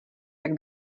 jak